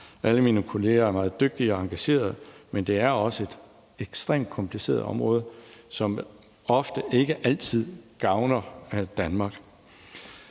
Alle mine kolleger er meget dygtige og engagerede. Men det er også et ekstremt kompliceret område, som ofte ikke altid gavner Danmark.